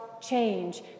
change